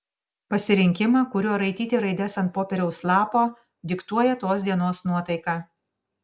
pasirinkimą kuriuo raityti raides ant popieriaus lapo diktuoja tos dienos nuotaika